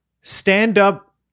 stand-up